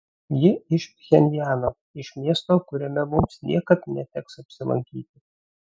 ji iš pchenjano iš miesto kuriame mums niekad neteks apsilankyti